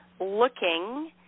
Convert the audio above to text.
looking